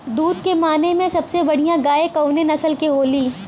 दुध के माने मे सबसे बढ़ियां गाय कवने नस्ल के होली?